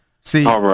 See